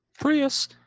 Prius